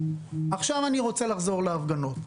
עכשיו אני רוצה לחזור להפגנות.